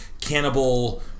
cannibal